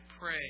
pray